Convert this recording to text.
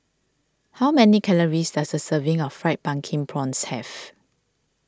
how many calories does a serving of Fried Pumpkin Prawns have